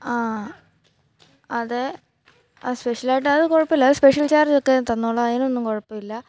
ആ അതെ ആ സ്പെഷലായിട്ട് അത് കുഴപ്പമില്ല അത് സ്പെഷ്യൽ ചാർജൊക്കെ തന്നോളാം അതിനൊന്നും കുഴപ്പമില്ല